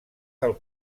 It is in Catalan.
del